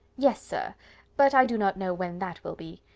yes, sir but i do not know when that will be.